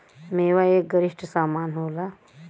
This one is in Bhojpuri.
मेवा एक गरिश्ट समान होला